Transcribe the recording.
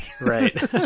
Right